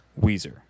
Weezer